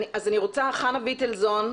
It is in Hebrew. חנה ויטלזון,